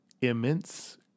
Immense